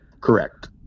Correct